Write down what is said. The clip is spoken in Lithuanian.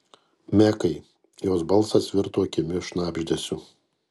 mekai jos balsas virto kimiu šnabždesiu